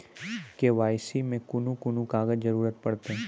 KYC मे कून कून कागजक जरूरत परतै?